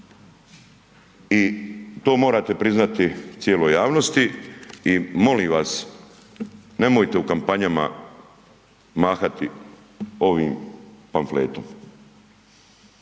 i to morate priznati cijeloj javnosti i molim vas, nemojte u kampanjama mahati ovim pamfletom